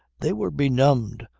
they were benumbed,